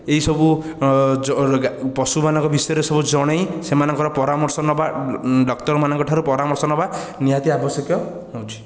ଏହିସବୁ ପଶୁମାନଙ୍କ ବିଷୟରେ ସବୁ ଜଣାଇ ସେମାନଙ୍କର ପରାମର୍ଶ ନେବା ଡକ୍ତରମାନଙ୍କଠାରୁ ପରାମର୍ଶ ନେବା ନିହାତି ଆବଶ୍ୟକୀୟ ହେଉଛି